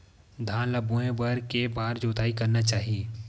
धान ल बोए बर के बार जोताई करना चाही?